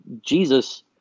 Jesus